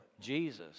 Jesus